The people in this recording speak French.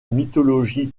mythologie